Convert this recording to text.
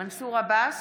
מנסור עבאס,